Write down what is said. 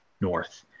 north